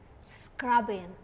scrubbing